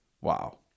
Wow